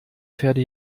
pferde